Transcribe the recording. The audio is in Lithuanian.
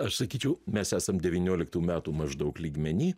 aš sakyčiau mes esam devynioliktų metų maždaug lygmeny